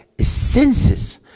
senses